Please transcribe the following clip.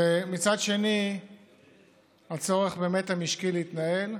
ומצד שני הצורך המשקי להתנהל.